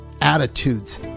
attitudes